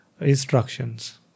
instructions